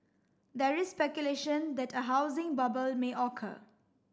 there is speculation that a housing bubble may occur